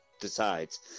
decides